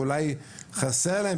ואולי חסר להם